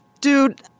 Dude